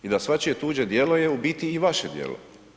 I da svačije tuđe djelo je u biti i vaše djelo.